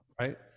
Right